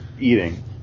eating